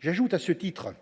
Je précise, à titre